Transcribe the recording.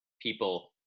people